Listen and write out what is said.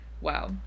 wow